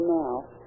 now